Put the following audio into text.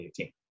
2018